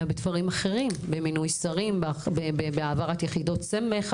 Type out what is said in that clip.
בדברים אחרים: במינוי שרים בהעברת יחידות סמך,